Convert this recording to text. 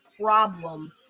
problem